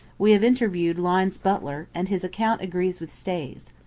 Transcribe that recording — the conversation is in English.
we have interviewed lyne's butler, and his account agrees with stay's.